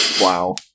Wow